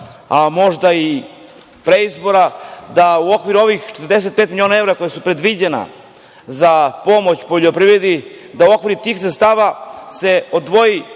a možda i pre izbora, da u okviru ovih 45 miliona evra koja su predviđena za pomoć poljoprivredi, da u okviru tih sredstava odvoji